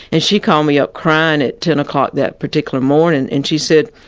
and she called me up crying at ten o'clock that particular morning. and she said,